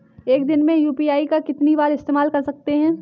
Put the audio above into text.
एक दिन में यू.पी.आई का कितनी बार इस्तेमाल कर सकते हैं?